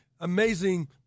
amazing